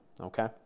Okay